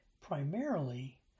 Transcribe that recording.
primarily